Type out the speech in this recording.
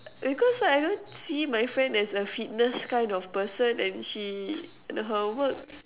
because I don't see my friend as a fitness kind of person and she her works